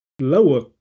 lower